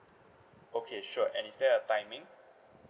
okay sure and is there a timing